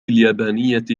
اليابانية